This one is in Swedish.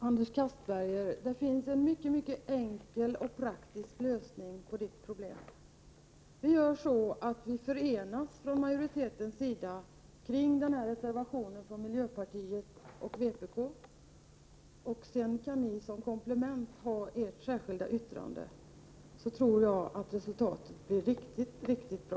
Fru talman! Det finns en mycket enkel och praktisk lösning på Anders Castbergers problem. Vi gör så att vi från majoriteten förenas kring reservationen från miljöpartiet och vpk, och sedan kan ni som komplement ha ett särskilt yttrande. Då tror jag att resultatet blir riktigt bra.